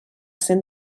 cent